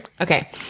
Okay